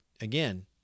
again